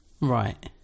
right